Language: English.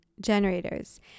Generators